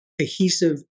cohesive